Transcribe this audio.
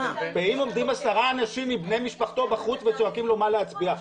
ואם עומדים עשרה אנשים מבני משפחתו בחוץ וצועקים לו מה להצביע?